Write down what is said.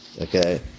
Okay